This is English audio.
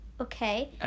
okay